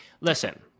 Listen